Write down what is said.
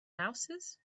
louses